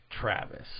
Travis